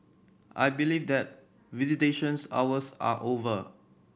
I believe that visitations hours are over